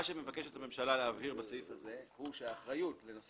מה שמבקשת הממשלה להבהיר בסעיף הזה הוא שהאחריות לנושא